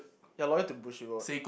you are loyal to Bushiroad